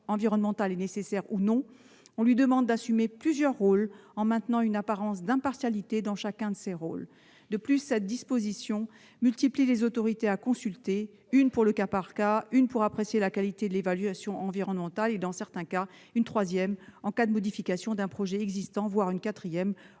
environnementale est nécessaire ou non, on lui demande d'assumer plusieurs rôles tout en maintenant une apparence d'impartialité dans chacun de ses rôles. De plus, cette disposition multiplie les autorités à consulter : une pour le cas par cas, une pour apprécier la qualité de l'évaluation environnementale et, dans certains cas, une troisième en cas de modification d'un projet existant, voire une quatrième